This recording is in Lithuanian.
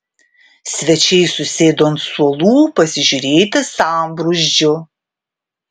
svečiai susėdo ant suolų pasižiūrėti sambrūzdžio